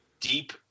Deep